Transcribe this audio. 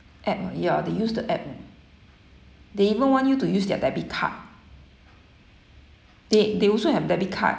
app ah ya the use the app [what] they even want you to use their debit card they they also have debit card